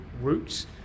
routes